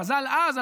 חז"ל אז,